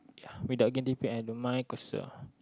without getting paid I don't mind cause